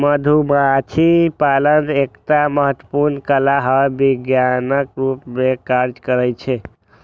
मधुमाछी पालन एकटा महत्वपूर्ण कला आ विज्ञानक रूप मे काज करै छै